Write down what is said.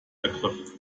ergriff